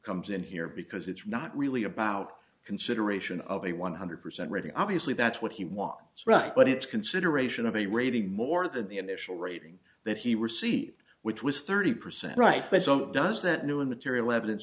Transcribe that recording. comes in here because it's not really about consideration of a one hundred percent rating obviously that's what he walks right but it's consideration of a rating more than the initial rating that he received which was thirty percent right but so does that new material evidence